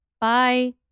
Bye